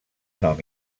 nom